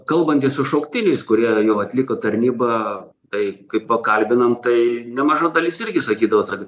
kalbantis su šauktiniais kurie jau atliko tarnybą tai kaip pakalbinam tai nemaža dalis irgi sakydavo kad